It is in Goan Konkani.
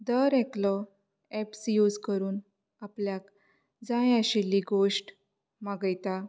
दर एकलो ऍप्स यूज करून आपल्याक जाय आशिल्ली गोश्ट मागयता